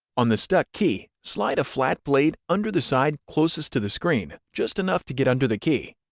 on the stuck key, slide a flat blade under the side closest to the screen, just enough to get under the key.